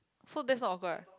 so that's not awkward right